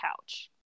couch